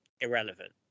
irrelevant